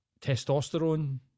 testosterone